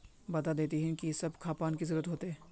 बता देतहिन की सब खापान की जरूरत होते?